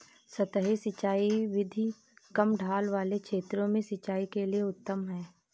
सतही सिंचाई विधि कम ढाल वाले क्षेत्रों में सिंचाई के लिए उत्तम है